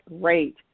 great